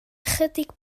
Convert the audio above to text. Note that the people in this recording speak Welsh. ychydig